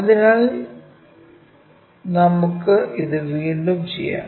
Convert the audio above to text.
അതിനാൽ നമുക്ക് ഇത് വീണ്ടും ചെയ്യാം